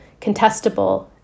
contestable